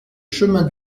chemin